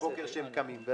כשהם קמים בבוקר.